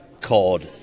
called